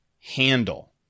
handle